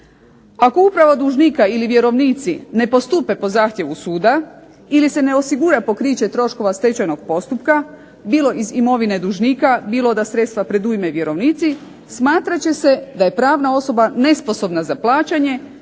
Ako uprava dužnika ili vjerovnici ne postupe po zahtjevu suda ili se ne osigura pokriće troškova stečajnog postupka bilo iz imovine dužnika, bilo da sredstva predujme i vjerovnici smatrat će se da je pravna osoba nesposobna za plaćanje